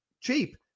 cheap